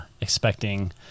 expecting